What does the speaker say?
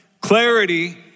Clarity